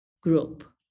group